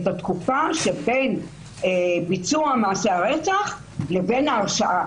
את התקופה שבין ביצוע מעשה הרצח לבין ההרשעה,